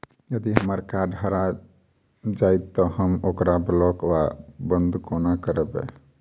यदि हम्मर कार्ड हरा जाइत तऽ हम ओकरा ब्लॉक वा बंद कोना करेबै?